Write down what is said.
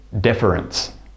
deference